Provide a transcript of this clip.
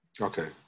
Okay